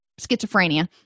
schizophrenia